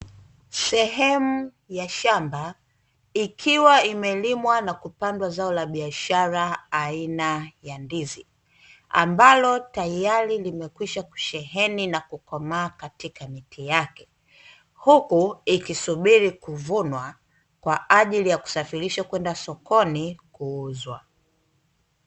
Sehemu ya shamba ikiwa imelimwa na kupandwa zao la biashara aina ya ndizi ambalo tayari limekwisha kusheheni na kukomaa katika miti yake. Huku ikisubiri kuvunwa kwa ajili ya kusafirisha kwenda sokoni kuuzwa.